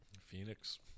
Phoenix